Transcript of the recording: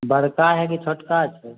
बड़का है कि छोटका छै